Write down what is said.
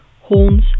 horns